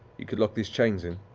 you could lock these chains in?